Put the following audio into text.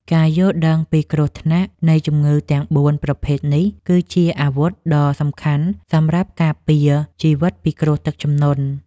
ការយល់ដឹងពីគ្រោះថ្នាក់នៃជំងឺទាំងបួនប្រភេទនេះ គឺជាអាវុធដ៏សំខាន់សម្រាប់ការពារជីវិតពីគ្រោះទឹកជំនន់។